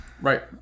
Right